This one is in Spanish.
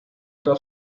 toda